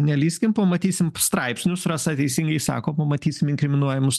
nelįskim pamatysim straipsnius rasa teisingai sako pamatysim inkriminuojamus